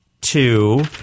Two